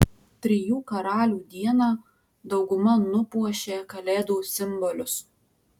trijų karalių dieną dauguma nupuošė kalėdų simbolius